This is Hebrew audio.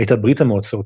הייתה ברית המועצות